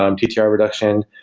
um ttr reduction,